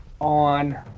on